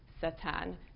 Satan